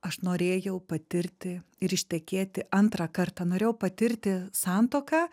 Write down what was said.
aš norėjau patirti ir ištekėti antrą kartą norėjau patirti santuoką